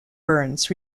burns